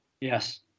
yes